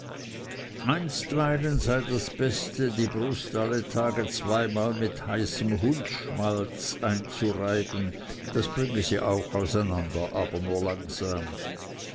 einstweilen sei das beste die brust alle tage zweimal mit heißem hundsschmalz einzureiben das bringe sie auch auseinander aber nur langsam